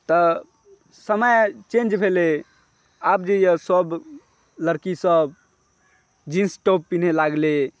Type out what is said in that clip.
तऽ समय चेन्ज भेलै आब जे यऽ सब लड़की सब जींस टॉप पिन्है लागलै